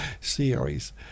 series